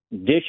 dish